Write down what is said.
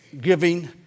giving